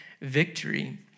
victory